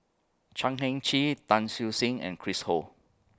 Chan Heng Chee Tan Siew Sin and Chris Ho